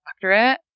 doctorate